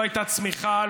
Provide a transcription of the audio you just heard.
לא הייתה צמיחה,